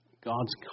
God's